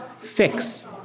fix